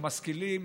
הם משכילים,